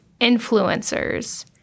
influencers